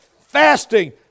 fasting